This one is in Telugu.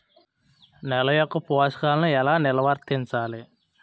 నెల యెక్క పోషకాలను ఎలా నిల్వర్తించాలి